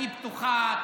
אני פתוחה,